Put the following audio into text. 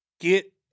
get